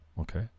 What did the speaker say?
okay